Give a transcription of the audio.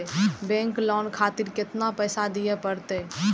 Bank loan खातीर केतना पैसा दीये परतें?